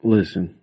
Listen